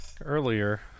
earlier